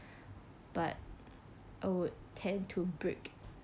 but I would tend to break